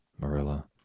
Marilla